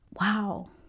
wow